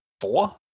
four